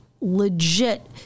legit